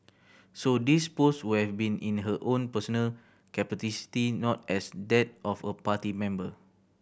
so these post we have been in her own personal not as that of a party member